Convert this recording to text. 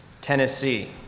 Tennessee